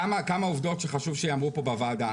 כמה עובדות שאני חושב שאמרו פה בוועדה.